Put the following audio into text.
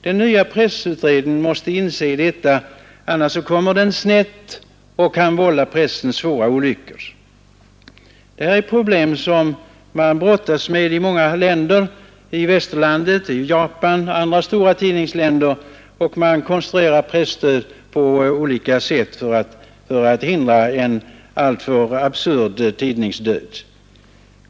Den nya pressutredningen måste beakta detta. Annars kommer den snett och kan vålla pressen svåra olyckor. Det här är problem som man brottas med i många västerländska länder, i Japan och i andra stora tidningsländer, och man konstruerar presstöd på olika sätt för att hindra en alltför absurd tidningsdöd.